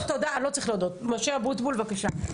משה אבוטבול, בבקשה.